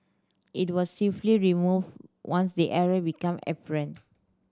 it was swiftly removed once the error became apparent